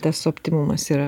tas optimumas yra